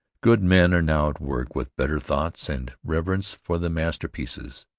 good men are now at work with better thoughts, and reverence for the masterpieces,